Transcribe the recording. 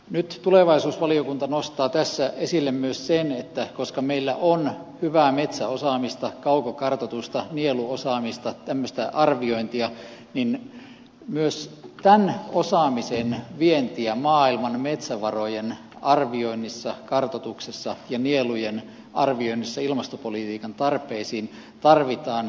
nyt tulevaisuusvaliokunta nostaa tässä esille myös sen että koska meillä on hyvää metsäosaamista kaukokartoitusta nieluosaamista tämmöistä arviointia niin myös tämän osaamisen vientiä maailman metsävarojen arvioinnissa kartoituksessa ja nielujen arvioinnissa ilmastopolitiikan tarpeisiin tarvitaan kipeästi